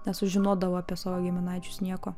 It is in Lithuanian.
nesužinodavo apie savo giminaičius nieko